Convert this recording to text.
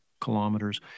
kilometers